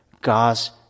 god's